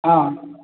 ହଁ